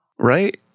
Right